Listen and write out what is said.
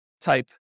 type